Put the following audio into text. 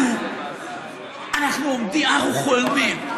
אנחנו עומדים, אנחנו חולמים.